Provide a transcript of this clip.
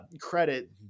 credit